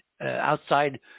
outside